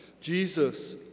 Jesus